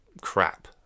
crap